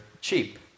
cheap